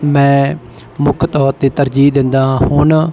ਮੈਂ ਮੁੱਖ ਤੌਰ 'ਤੇ ਤਰਜੀਹ ਦਿੰਦਾ ਹੁਣ